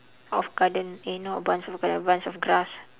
of garden eh not a bunch of a garden a bunch of grass